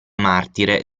martire